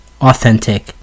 authentic